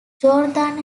jordan